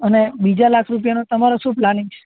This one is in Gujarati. અને બીજા લાખ રૂપિયાનો તમારો શું પ્લાનિંગ છે